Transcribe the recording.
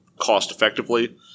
cost-effectively